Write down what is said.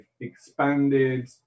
expanded